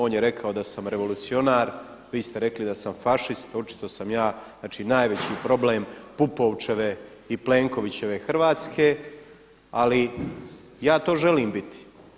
On je rekao da sam revolucionar, vi ste rekli da sam fašist, očito sam ja najveći problem PUpovčeve i Plenkovićeve Hrvatske, ali ja to želim biti.